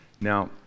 Now